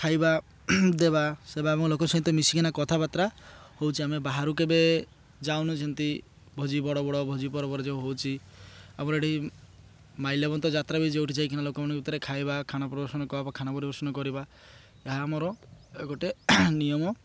ଖାଇବା ଦେବା ସେବା ଏବଂ ଲୋକଙ୍କ ସହିତ ମିଶିକିନା କଥାବାର୍ତ୍ତା ହେଉଛି ଆମେ ବାହାରୁ କେବେ ଯାଉନୁ ଯେମିତି ଭୋଜି ବଡ଼ ବଡ଼ ଭୋଜି ପର୍ବରେ ଯେଉଁ ହେଉଛି ଆମର ଏଇଠି ମାଲ୍ୟବନ୍ତ ଯାତ୍ରା ବି ଯେଉଁଠି ଯାଇକିନା ଲୋକମାନଙ୍କ ଭିତରେ ଖାଇବା ଖାନା ଖାନା ପରିବେଷଣ କରିବା ଏହା ଆମର ଗୋଟେ ନିୟମ